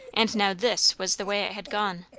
and now this was the way it had gone!